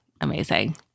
Amazing